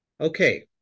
Okay